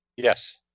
Yes